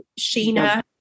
Sheena